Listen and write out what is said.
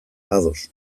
ados